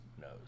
knows